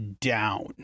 down